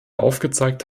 aufgezeigt